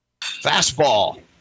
Fastball